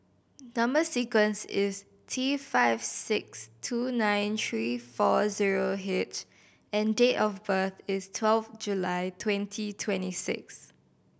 number sequence is T five six two nine three four zero H and date of birth is twelve July twenty twenty six